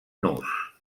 nus